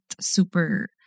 super